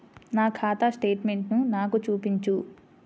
నా ఖాతా స్టేట్మెంట్ను నాకు చూపించు